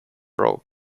row